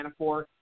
Manafort